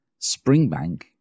Springbank